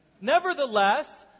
Nevertheless